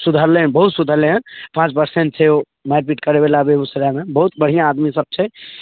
सुधरलै हइ बहुत सुधरलै हइ पाँच परसेन्ट छै ओ मारिपीट करैवला बेगूसरायमे बहुत बढ़िआँ आदमीसभ छै